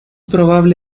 probable